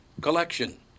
collection